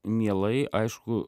mielai aišku